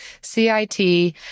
CIT